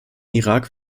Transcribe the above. irak